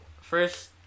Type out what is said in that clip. first